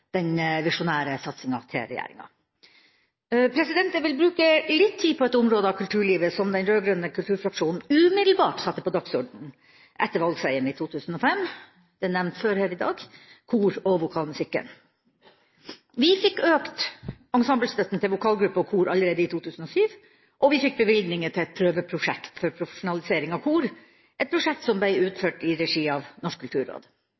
et område av kulturlivet som den rød-grønne kulturfraksjonen umiddelbart satte på dagsordenen etter valgseieren i 2005 – det er nevnt før her i dag – nemlig kor og vokalmusikken. Vi fikk økt ensemblestøtten til vokalgrupper og kor allerede i 2007, og vi fikk bevilgninger til et prøveprosjekt for profesjonalisering av kor, et prosjekt som ble utført i regi av Norsk kulturråd.